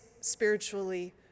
spiritually